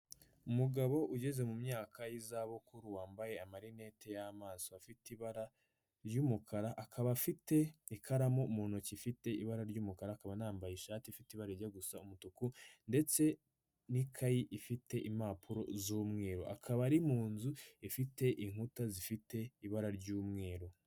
Umugabo ugeze mu myaka y'izabukuru, wambaye amarinete y'amaso, afite ibara ry'umukara, akaba afite ikaramu mu ntoki ifite ibara ry'umukara, akaba anambaye ishati ifite ibara rijya gusa umutuku ndetse n'ikayi ifite impapuro z'umweru. Akaba ari mu nzu ifite inkuta zifite ibara ry'umweru.